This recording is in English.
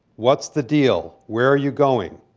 what's the deal? where are you going?